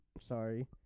Sorry